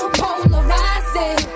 polarizing